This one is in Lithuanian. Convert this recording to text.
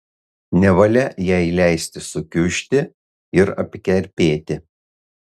nevalia jai leisti sukiužti ir apkerpėti